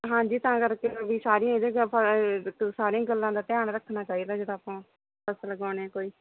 ਹਾਂਜੀ ਤਾਂ ਕਰਕੇ ਹੁਣ ਵੀ ਸਾਰੀਆਂ ਇਹਦੇ ਚ ਆਪਾਂ ਸਾਰੀਆਂ ਗੱਲਾਂ ਦਾ ਧਿਆਨ ਰੱਖਣਾ ਚਾਹੀਦਾ ਜਦੋਂ ਆਪਾਂ ਫਸਲ ਉਗਾਉਣੇ ਆ ਕੋਈ